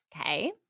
Okay